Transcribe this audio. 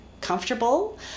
comfortable